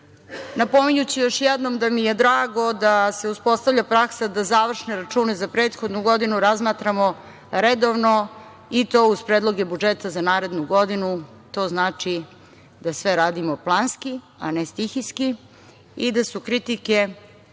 Napominjući još jednom da mi je drago da se uspostavlja praksa da završne račune za prethodnu godinu razmatramo redovno i to uz predloge budžeta za narednu godinu. To znači da sve radimo planski, a ne stihijski i da su kritike